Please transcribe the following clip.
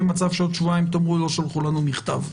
מצב שעוד שבועיים תאמרו שלא שלחו אליכם מכתב.